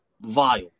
Vile